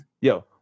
Yo